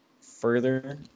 further